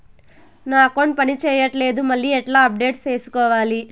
నా అకౌంట్ పని చేయట్లేదు మళ్ళీ ఎట్లా అప్డేట్ సేసుకోవాలి?